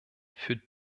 für